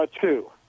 two